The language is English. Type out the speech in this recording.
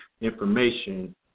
information